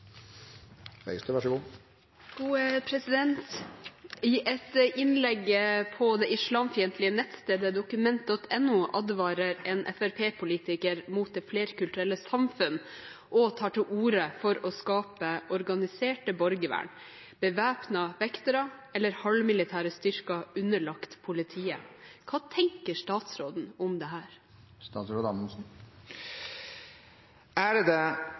på dette så raskt det praktisk lar seg gjøre, men selvfølgelig innenfor de faglige kvalitetene som man også må ivareta. «I et innlegg på det islamfiendtlige nettstedet Document.no advarer en FrP-politiker mot det flerkulturelle samfunn og tar til orde for å skape organiserte borgervern: bevæpnede vektere eller en halvmilitær styrke underlagt politiet. Hva tenker statsråden om